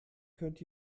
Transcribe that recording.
könnt